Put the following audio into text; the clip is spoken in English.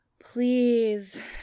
Please